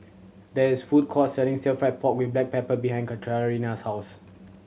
there is a food court selling Stir Fried Pork With Black Pepper behind Katarina's house